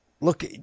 Look